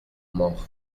mort